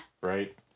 Right